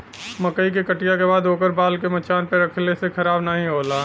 मकई के कटिया के बाद ओकर बाल के मचान पे रखले से खराब नाहीं होला